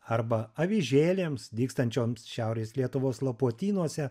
arba avižėlėms dygstančioms šiaurės lietuvos lapuotynuose